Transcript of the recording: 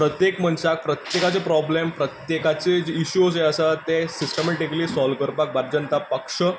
प्रत्येक मनशाक प्रत्येकाचें प्रोबल्म प्रत्येकाचे इश्यू जे आसात ते सिस्टमेटिकली सोल्व करपाक भारतीय जनता पक्ष